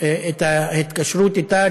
את ההתקשרות איתה,